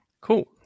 Cool